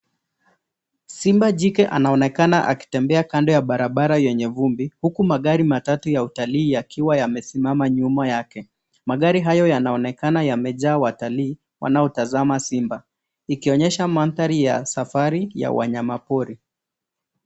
Simba jike anaonekana akitembea kando ya barabara yenye vumbi, huku magari matatu ya utalii yakiwa yamesimama nyuma yake. Magari hayo yanaonekana yamejaa watalii wanaotazama simba, ikionyesha mandhari ya safari ya wanyamapori.